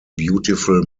beautiful